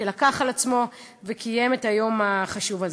שלקח על עצמו וקיים את היום החשוב הזה.